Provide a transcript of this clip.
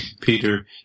Peter